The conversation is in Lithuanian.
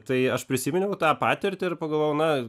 tai aš prisiminiau tą patirtį ir pagalvojau na